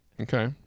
Okay